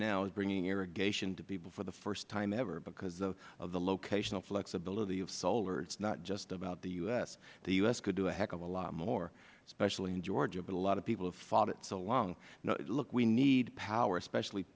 now is bringing irrigation to people for the first time ever because of the locational flexibility of solar it is not just about the u s the us could do a heck of a lot more especially in georgia but a lot of people have fought it so long look we need power especially